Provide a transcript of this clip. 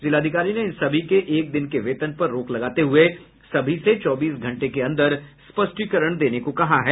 जिलाधिकारी ने इन सभी के एक दिन के वेतन पर रोक लगाते हुए सभी से चौबीस घंटे के अंदर स्पष्टीकरण देने को कहा है